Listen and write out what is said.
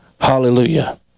Hallelujah